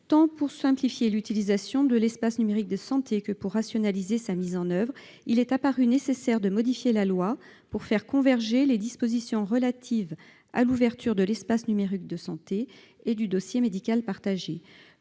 soit pour simplifier l'utilisation de l'espace numérique de santé ou pour rationaliser sa mise en oeuvre, il est apparu nécessaire de modifier la loi pour faire converger les dispositions relatives à l'ouverture de l'espace numérique de santé et du dossier médical partagé.